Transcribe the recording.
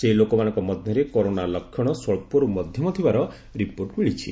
ସେହି ଲୋକମାନଙ୍କ ମଧ୍ୟରେ କରୋନା ଲକ୍ଷଣ ସ୍ୱଚ୍ଚର୍ ମଧ୍ୟମ ଥିବାର ରିପୋର୍ଟ ମିଳିଛି